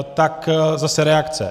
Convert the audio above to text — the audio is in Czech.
Tak zase reakce.